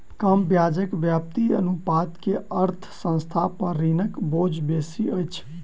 कम ब्याज व्याप्ति अनुपात के अर्थ संस्थान पर ऋणक बोझ बेसी अछि